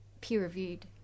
peer-reviewed